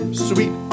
sweet